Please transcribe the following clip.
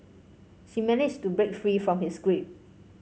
she managed to break free from his grip